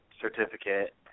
certificate